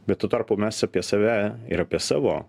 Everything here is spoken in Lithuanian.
bet tuo tarpu mes apie save ir apie savo